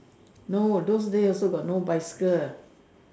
no those day also got no bicycle